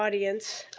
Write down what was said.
audience,